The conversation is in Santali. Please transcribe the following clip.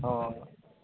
ᱦᱳᱭ